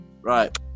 Right